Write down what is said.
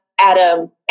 Adam